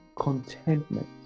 Contentment